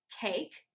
cake